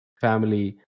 family